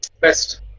best